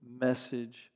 message